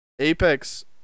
Apex